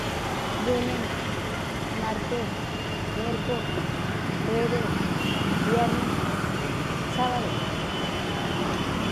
Lúne marte miercú juebe vierne sábado.